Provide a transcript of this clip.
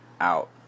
Out